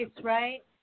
right